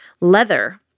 leather